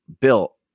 built